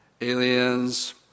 aliens